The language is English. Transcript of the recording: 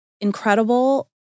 incredible